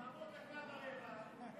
תעמוד דקה ורבע,